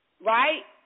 right